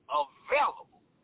available